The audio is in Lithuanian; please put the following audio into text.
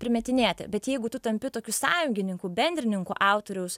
primetinėti bet jeigu tu tampi tokiu sąjungininku bendrininku autoriaus